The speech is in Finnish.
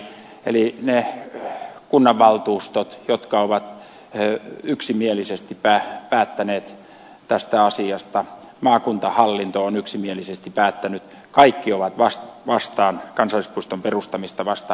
eli ne kunnanvaltuustot jotka ovat yksimielisesti päättäneet tästä asiasta maakuntahallinto on yksimielisesti päättänyt kaikki ovat kansallispuiston perustamista vastaan